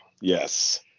Yes